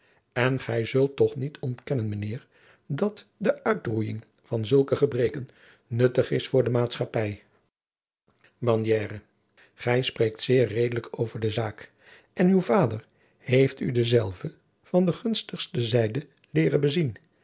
en gij zult toch niet ontkennen mijn heer dat de uitroeijing van zulke gebreken nuttig is voor de maatschappij bandiere gij spreekt zeer redelijk over de zaak en uw vader heeft u dezelve van de gunstigste zijde leeren bezien